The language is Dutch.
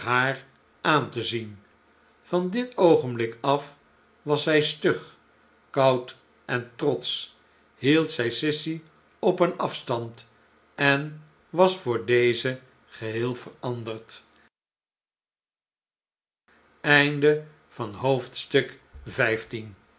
aan te zien van dit oogenblik af was zij stug koud en trotsch hield zij sissy op een afstand en was voor deze geheel veranderd